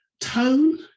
tone